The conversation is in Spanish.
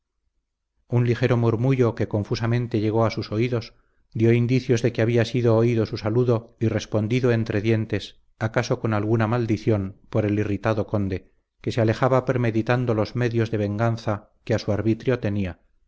un ligero murmullo que confusamente llegó a sus oídos dio indicios de que había sido oído su saludo y respondido entre dientes acaso con alguna maldición por el irritado conde que se alejaba premeditando los medios de venganza que a su arbitrio tenía